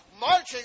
marching